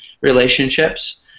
relationships